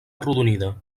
arrodonida